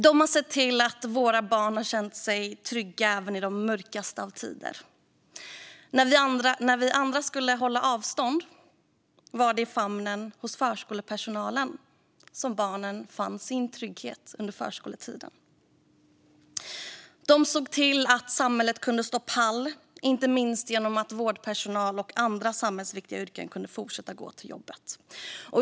De har sett till att våra barn känt sig trygga även i de mörkaste av tider. När vi andra skulle hålla avstånd var det i famnen hos förskolepersonalen som barnen fann sin trygghet under förskoletiden. De såg till att samhället kunde stå pall, inte minst genom att vårdpersonal och andra inom samhällsviktiga yrken kunde fortsätta att gå till jobbet.